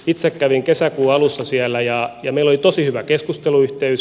itse kävin kesäkuun alussa siellä ja meillä oli tosi hyvä keskusteluyhteys